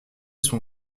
son